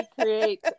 create